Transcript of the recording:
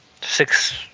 six